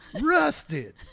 rusted